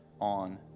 on